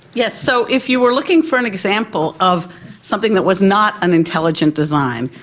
yes. so if you are looking for an example of something that was not an intelligent design,